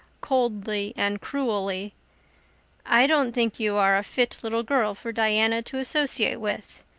coldly and cruelly i don't think you are a fit little girl for diana to associate with.